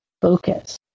focus